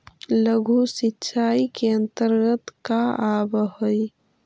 लघु सिंचाई के अंतर्गत का आव हइ?